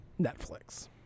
Netflix